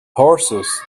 horses